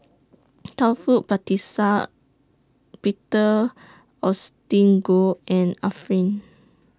Taufik Batisah Peter Augustine Goh and Arifin